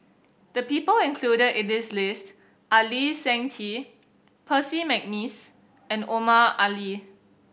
the people included in this list are Lee Seng Tee Percy McNeice and Omar Ali